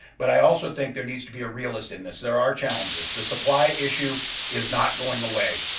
but i also think there needs to be a realist in this. there are challenges. the supply issue is not going away.